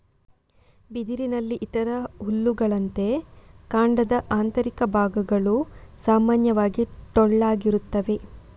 ಬಿದಿರಿನಲ್ಲಿ ಇತರ ಹುಲ್ಲುಗಳಂತೆ, ಕಾಂಡದ ಆಂತರಿಕ ಭಾಗಗಳು ಸಾಮಾನ್ಯವಾಗಿ ಟೊಳ್ಳಾಗಿರುತ್ತವೆ